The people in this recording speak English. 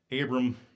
Abram